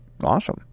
Awesome